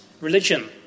religion